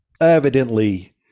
evidently